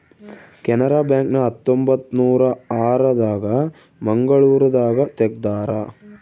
Canara bank ನ ಹತ್ತೊಂಬತ್ತನೂರ ಆರ ದಾಗ ಮಂಗಳೂರು ದಾಗ ತೆಗ್ದಾರ